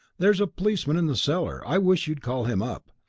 there's a policeman in the cellar, i wish you'd call him up.